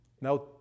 Now